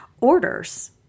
orders